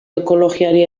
ekologiari